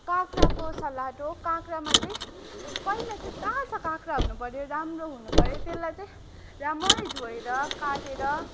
काँक्राको सलाट हो काँक्रामा चाहिँ पहिल चाहिँ ताजा काँक्रा हुनु पर्यो राम्रो हुनु पर्यो तेल्लाई चाहिँ रामरी धुएर काटेर